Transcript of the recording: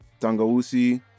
Tangawusi